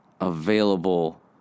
available